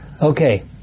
Okay